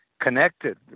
connected